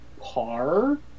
par